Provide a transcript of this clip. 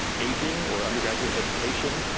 aging or undergraduate education,